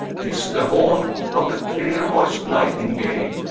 tis the haunt of the clear-voiced nightingale,